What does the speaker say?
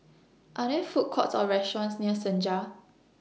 Are There Food Courts Or restaurants near Senja